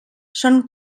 són